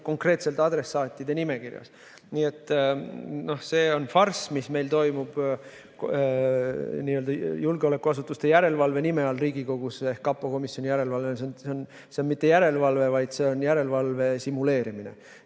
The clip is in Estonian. konkreetselt adressaatide nimekirjas. Nii et see on farss, mis meil toimub n-ö julgeolekuasutuste järelevalve nime all Riigikogus. Kapo komisjoni järelevalve ei ole mitte järelevalve, vaid see on järelevalve simuleerimine.